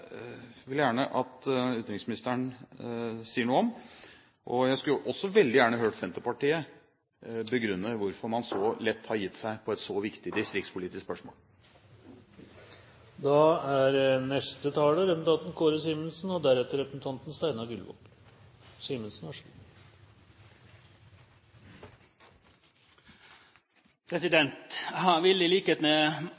vil jeg gjerne at utenriksministeren sier noe om. Jeg skulle også veldig gjerne høre Senterpartiet begrunne hvorfor man så lett har gitt seg på et så viktig distriktspolitisk spørsmål.